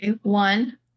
One